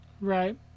Right